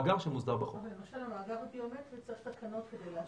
אבל למשל המאגר הביומטרי צריך תקנות כדי להשוות,